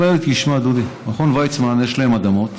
הוא אמר לי: תשמע, דודי, מכון ויצמן, יש להם אדמות